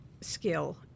skill